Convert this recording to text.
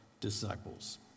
disciples